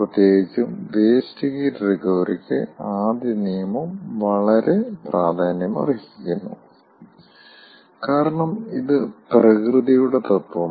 പ്രത്യേകിച്ചും waste heat റിക്കവറിക്ക് ആദ്യ നിയമം വളരെ പ്രാധാന്യമർഹിക്കുന്നു കാരണം ഇത് പ്രകൃതിയുടെ തത്വമാണ്